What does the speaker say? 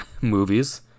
movies